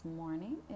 morning